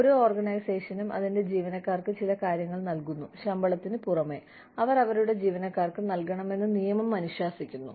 ഓരോ ഓർഗനൈസേഷനും അതിന്റെ ജീവനക്കാർക്ക് ചില കാര്യങ്ങൾ നൽകുന്നു ശമ്പളത്തിന് പുറമേ അവർ അവരുടെ ജീവനക്കാർക്ക് നൽകണമെന്ന് നിയമം അനുശാസിക്കുന്നു